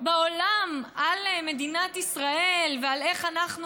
בעולם על מדינת ישראל ועל איך אנחנו